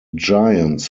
giants